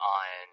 on